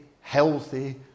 healthy